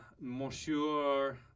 Monsieur